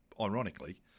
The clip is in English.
ironically